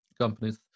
companies